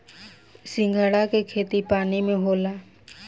सिंघाड़ा के खेती पानी में होला